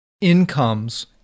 incomes